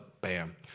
bam